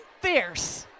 fierce